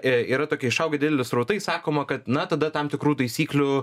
i yra tokie išaugę dideli srautai sakoma kad na tada tam tikrų taisyklių